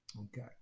okay